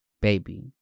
baby